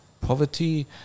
poverty